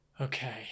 Okay